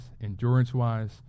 endurance-wise